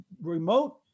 remote